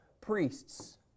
priests